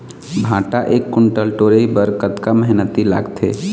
भांटा एक कुन्टल टोरे बर कतका मेहनती लागथे?